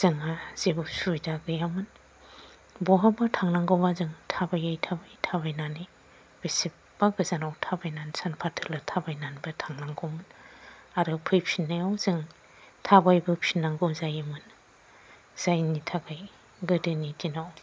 जोंहा जेबो सुबिदा गैयामोन बहाबा थांनांगौबा जों थाबायै थाबायै थाबायनानै बेसेबा गोजानाव थाबायनानै सानफा थोलो थाबायनानैबो थांनांगौमोन आरो फैफिननायाव जों थाबायबोफिननांगौ जायोमोन जायनि थाखाय गोदोनि दिनाव